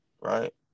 Right